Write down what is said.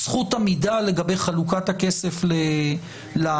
זכות עמידה לגבי חלוקת הכסף לתובע,